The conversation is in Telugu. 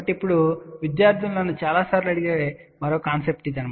కాబట్టి ఇప్పుడు విద్యార్థులు నన్ను చాలాసార్లు అడిగే మరొక కాన్సెప్ట్ ఇది